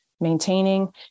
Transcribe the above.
maintaining